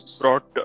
brought